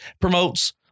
promotes